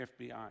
FBI